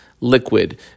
liquid